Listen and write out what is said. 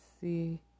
see